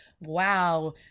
wow